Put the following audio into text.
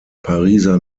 pariser